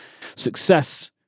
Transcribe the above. success